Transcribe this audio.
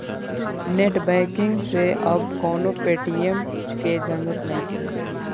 net banking से अब कवनो पेटीएम के झंझट नइखे